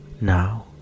Now